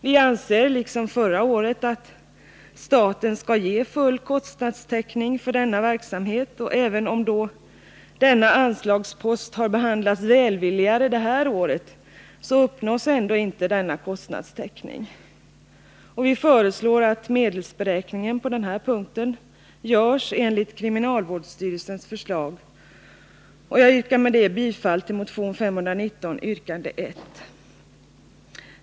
Vi anser nu liksom förra året att staten skall ge full kostnadstäckning för denna verksamhet, och även om denna anslagspost har behandlats välvilligare detta år uppnås ändå inte denna kostnadstäckning. Vi föreslår att medelsberäk ningen på den här punkten görs enligt kriminalvårdsstyrelsens förslag. Jag yrkar med detta bifall till motion 519 yrkande 1.